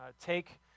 take